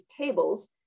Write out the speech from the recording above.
tables